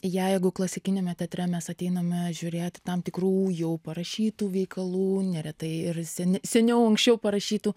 jeigu klasikiniame teatre mes ateiname žiūrėti tam tikrų jau parašytų veikalų neretai ir seni seniau anksčiau parašytų